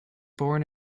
born